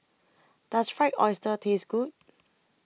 Does Fried Oyster Taste Good